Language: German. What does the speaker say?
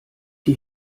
die